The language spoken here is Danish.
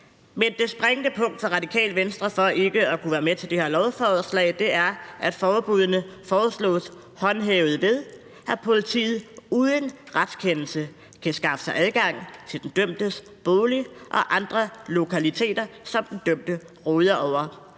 Men det springende punkt for Radikale Venstre med hensyn til ikke at kunne være med til det her lovforslag er, at forbuddene foreslås håndhævet, ved at politiet uden retskendelse kan skaffe sig adgang til den dømtes bolig og andre lokaliteter, som den dømte råder over,